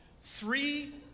three